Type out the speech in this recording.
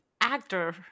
actor